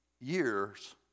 years